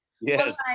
Yes